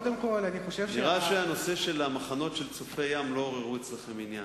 נראה שנושא מחנות הקיץ של צופי-ים לא עורר אצלכם עניין.